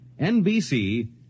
NBC